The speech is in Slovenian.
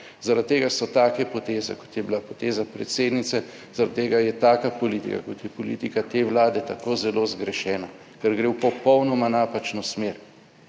Zaradi tega so take poteze kot je bila poteza predsednice, zaradi tega je taka politika kot je politika te Vlade, tako zelo zgrešena, ker gre v popolnoma napačno smer